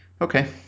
Okay